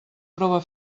prova